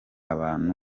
abantu